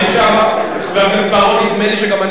חבר הכנסת בר-און, נדמה לי שגם אני,